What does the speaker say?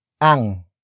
ang